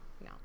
no